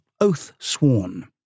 oath-sworn